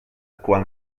quan